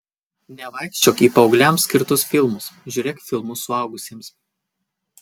nevaikščiok į paaugliams skirtus filmus žiūrėk filmus suaugusiems